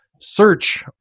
search